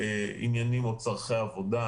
עניינים או צרכי עבודה,